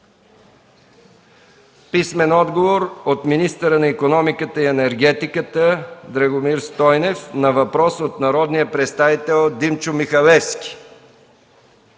Курумбашев; - министъра на икономиката и енергетиката Драгомир Стойнев на въпрос от народния представител Димчо Михалевски;